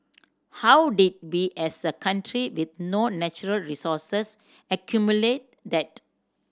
how did we as a country with no natural resources accumulate that